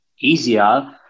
easier